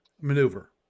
maneuver